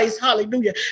Hallelujah